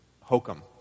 hokum